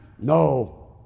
No